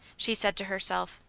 she said to herself.